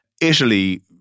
Italy